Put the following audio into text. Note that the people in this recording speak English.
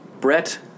Brett